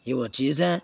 یہ وہ چیزیں